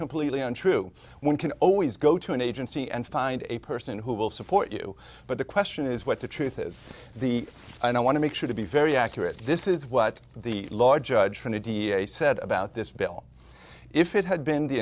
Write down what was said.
completely untrue one can always go to an agency and find a person who will support you but the question is what the truth is the and i want to make sure to be very accurate this is what the lord judge from the d a said about this bill if it had been the